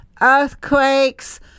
earthquakes